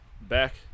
back